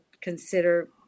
consider